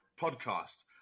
podcast